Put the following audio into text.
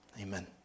Amen